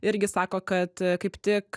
irgi sako kad kaip tik